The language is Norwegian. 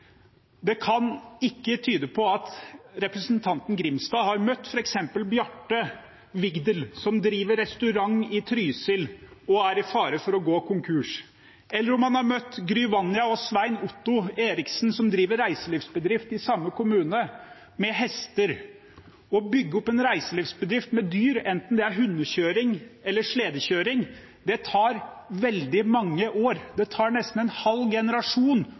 dette kan ikke tyde på at representanten Grimstad har møtt f.eks. Bjarte Vigdel, som driver restaurant i Trysil og står i fare for å gå konkurs, eller Gry Vanja og Svein Otto Eriksen, som driver reiselivsbedrift i samme kommune, med hester. Å bygge opp en reiselivsbedrift med dyr, enten det er hundekjøring eller sledekjøring, tar veldig mange år. Det tar nesten en halv generasjon